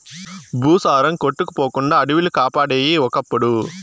భూసారం కొట్టుకుపోకుండా అడివిలు కాపాడేయి ఒకప్పుడు